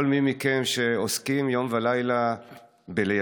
כל מי מכם שעוסקים יום ולילה בלייצג